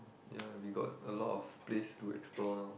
ya we got a lot place to explore lor